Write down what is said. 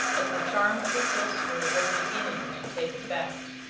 as the charm of the sorcerer was beginning to take effect.